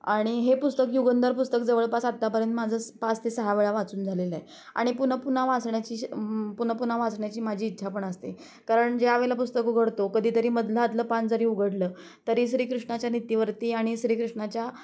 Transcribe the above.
आणि हे पुस्तक युगंधर पुस्तक जवळपास आत्तापर्यंत माझं पाच ते सहावेेळा वाचून झालेलं आणि पुन्हा पुन्हा वाचण्याची पुन्हा पुन्हा वाचण्याची माझी इच्छा पण असते कारण ज्यावेळेला पुस्तक उघडतो कधीतरी मधलंअदल पान जरी उघडलं तरी श्रीकृष्णाच्या नितीवरती आणि श्रीकृष्णाच्या